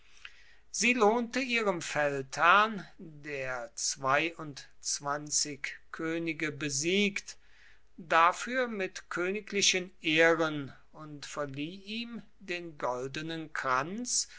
sie lohnte ihrem feldherrn der zweiundzwanzig könige besiegt dafür mit königlichen ehren und verlieh ihm den goldenen kranz